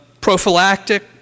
prophylactic